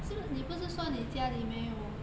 是不是你不是说你家里没有